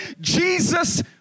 Jesus